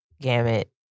gamut